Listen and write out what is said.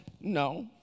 No